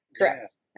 Correct